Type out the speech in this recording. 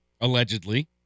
allegedly